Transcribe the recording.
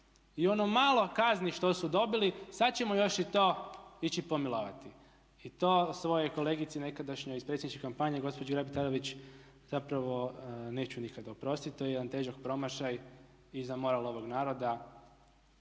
I ono malo kazni što su dobili sad ćemo još i to ići pomilovati. I to svojoj kolegici nekadašnjoj iz predsjedniče kampanje gospođi Grabar-Kitarović zapravo neću nikad oprostiti. To je jedan težak promašaj i za moral ovog naroda